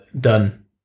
done